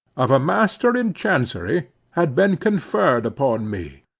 of a master in chancery, had been conferred upon me.